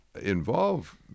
involve